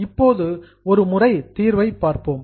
இப்போது ஒரு முறை தீர்வை பார்ப்போம்